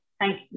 Thank